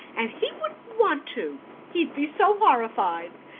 and he wouldn't want to he'd be so horrified.